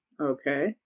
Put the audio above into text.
okay